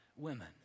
Women